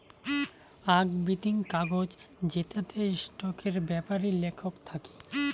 আক বিতিং কাগজ জেতাতে স্টকের বেপারি লেখক থাকি